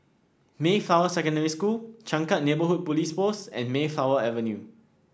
Mayflower Secondary School Changkat Neighbourhood Police Post and Mayflower Avenue